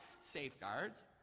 safeguards